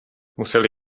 museli